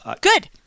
good